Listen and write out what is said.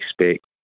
expect